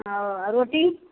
ओ आ रोटी